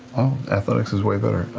athletics is way better,